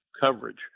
coverage